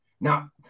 now